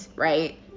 Right